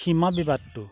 সীমা বিবাদটো